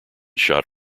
shot